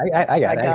i got